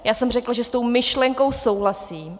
Já jsem řekla, že s tou myšlenkou souhlasím.